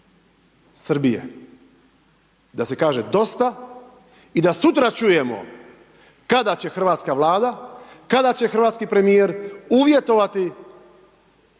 Srbije. Da se kaže dosta i sutra čujemo kada će hrvatska Vlada, kada će hrvatski premijer uvjetovati